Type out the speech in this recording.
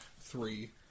three